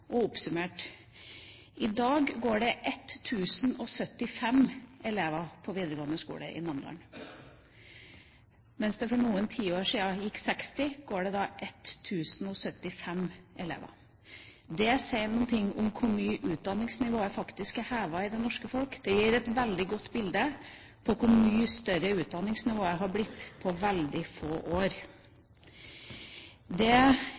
går det 1 075 elever på videregående skoler i Namdalen. Mens det for noen tiår siden gikk 60, går det nå 1 075 elever. Det sier noe om hvor mye utdanningsnivået faktisk er hevet i det norske folk. Det gir et veldig godt bilde på hvor mye høyere utdanningsnivået har blitt på veldig få år.